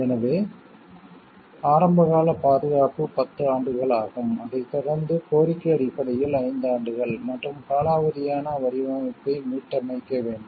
எனவே ஆரம்பகால பாதுகாப்பு 10 ஆண்டுகள் ஆகும் அதைத் தொடர்ந்து கோரிக்கை அடிப்படையில் ஐந்து ஆண்டுகள் மற்றும் காலாவதியான வடிவமைப்பை மீட்டமைக்க வேண்டும்